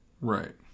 Right